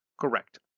correct